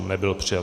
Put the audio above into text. Nebyl přijat.